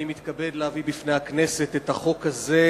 אני מתכבד להביא בפני הכנסת את הצעת